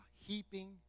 heaping